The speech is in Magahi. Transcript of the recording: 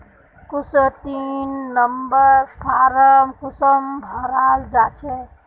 सिक्सटीन नंबर फारम कुंसम भराल जाछे?